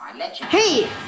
Hey